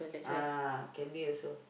ah can be also